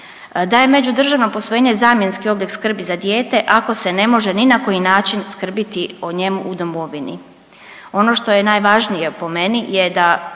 da je međudržavno posvojenje zamjenski oblik skrbi za dijete ako se ne može ni na koji način skrbiti o njemu u domovini. Ono što je najvažnije po meni je da